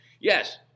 Yes